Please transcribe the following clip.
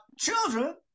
children